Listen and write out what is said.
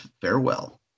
farewell